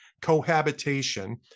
cohabitation